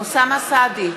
אוסאמה סעדי,